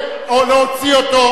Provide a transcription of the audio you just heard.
להוציא אותו.